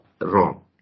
wrong